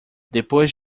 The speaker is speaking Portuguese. depois